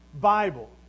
Bible